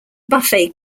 buffet